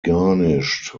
garnished